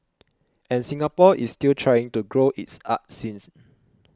and Singapore is still trying to grow its arts scenes